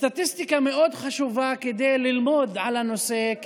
הסטטיסטיקה מאוד חשובה כדי ללמוד על הנושא,